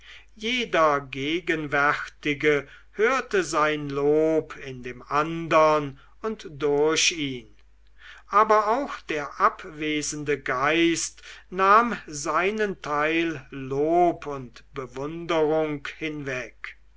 jeder gegenwärtige hörte sein lob in dem andern und durch ihn aber auch der abwesende geist nahm seinen teil lob und bewunderung hinweg